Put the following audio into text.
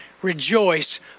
rejoice